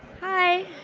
hi.